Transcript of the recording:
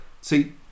See